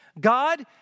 God